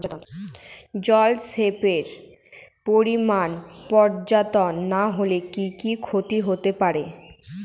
জলসেচের পরিমাণ পর্যাপ্ত না হলে কি কি ক্ষতি হতে পারে?